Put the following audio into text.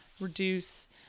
reduce